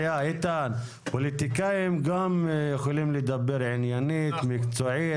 אבל הפוליטיקאים גם יכולים לדבר עניינית, מקצועית.